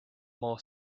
more